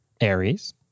Aries